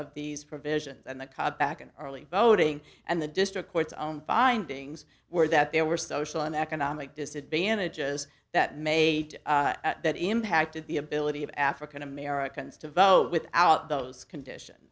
of these provisions and the cutback in early voting and the district court's own findings were that there were social and economic disadvantage is that may that impacted the ability of african americans to vote without those conditions